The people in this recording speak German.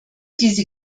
diese